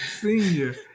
senior